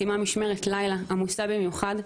סיימה משמרת לילה עמוסה במיוחד,